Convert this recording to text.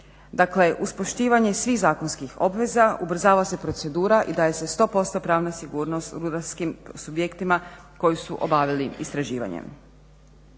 Dakle, uz poštivanje svih zakonskih obveza ubrzava se procedura i daje se sto posto pravna sigurnost rudarskim subjektima koji su obavili istraživanje.